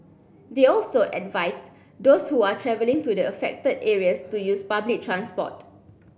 they also advised those who are travelling to the affected areas to use public transport